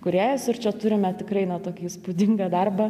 kūrėjus ir čia turime tikrai na tokį įspūdingą darbą